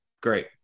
great